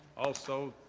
also,